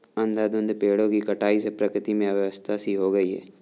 अंधाधुंध पेड़ों की कटाई से प्रकृति में अव्यवस्था सी हो गई है